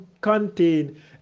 contain